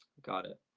got it.